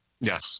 Yes